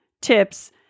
tips